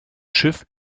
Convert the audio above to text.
schiff